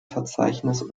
verzeichnis